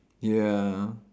ya